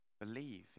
believe